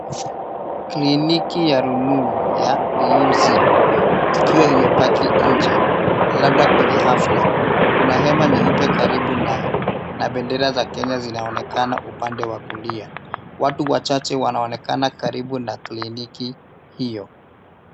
Kliniki ya rununu, ya beyond zero , ikiwa imepaki nje, labda kwenye hafla, kuna hema nyeupe karibu naye na bendera za Kenya zinaonekana upande wa kulia. Watu wachache wanaonekana karibu na kliniki hiyo.